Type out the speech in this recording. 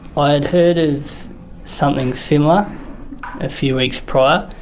ah i had heard of something similar a few weeks prior,